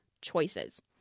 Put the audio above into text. choices